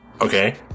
Okay